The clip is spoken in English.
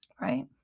Right